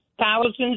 thousands